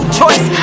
choice